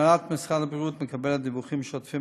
הנהלת משרד הבריאות מקבלת דיווחים שוטפים